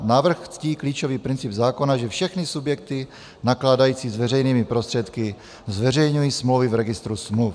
Návrh ctí klíčový princip zákona, že všechny subjekty nakládající s veřejnými prostředky zveřejňují smlouvy v registru smluv.